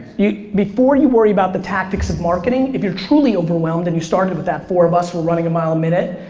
before you worry about the tactics of marketing, if you're truly overwhelmed, then you started with that, four of us were running a mile a minute,